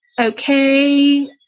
Okay